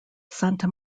santa